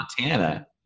Montana